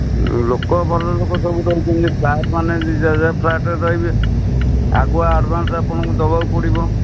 ଲୋକ ଭଲ ଲୋକ ସବୁ ରହୁଛନ୍ତି ଫ୍ଲାଟ୍ ମାନେ ଯିଏ ଯାହା ଫ୍ଲାଟ୍ରେ ରହିବେ ଆଗୁଆ ଆଡ଼ଭାନ୍ସ ଆପଣଙ୍କୁ ଦେବାକୁ ପଡ଼ିବ